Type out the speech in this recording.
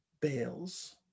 Bales